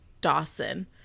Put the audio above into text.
Dawson